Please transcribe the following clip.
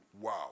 Wow